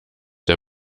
der